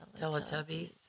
Teletubbies